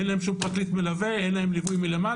אין להם שום פרקליט מלווה, אין להם ליווי מלמעלה,